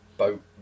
Boat